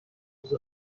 روز